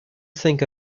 think